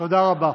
תודה רבה.